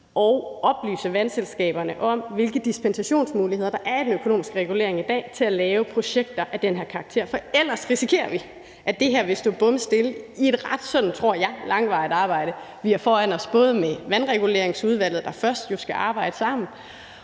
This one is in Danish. at oplyse vandselskaberne om, hvilke dispensationsmuligheder der er i den økonomiske regulering i dag til at lave projekter af den her karakter, for ellers risikerer vi, at det her vil stå bomstille i et ret sådan, tror jeg, langvarigt arbejde, vi har foran os, både med vandreguleringsudvalget, der jo først skal arbejde sammen,